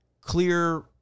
clear